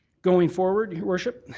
going forward, your worship,